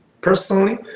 personally